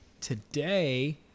Today